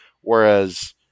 whereas